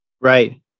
right